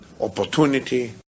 opportunity